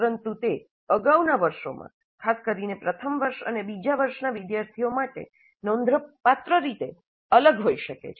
પરંતુ તે અગાઉના વર્ષોમાં ખાસ કરીને પ્રથમ વર્ષ અને બીજા વર્ષના વિદ્યાર્થીઓ માટે નોંધપાત્ર રીતે અલગ હોઈ શકે છે